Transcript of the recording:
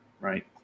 Right